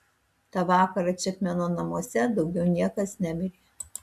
tą vakarą čepmeno namuose daugiau niekas nemirė